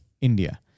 India